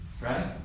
Right